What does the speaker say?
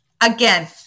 Again